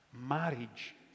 marriage